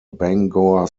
bangor